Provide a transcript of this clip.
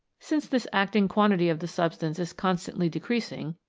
since this acting quantity of the substance is constantly de creasing,